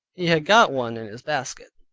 he had got one in his basket.